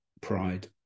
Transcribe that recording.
pride